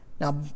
Now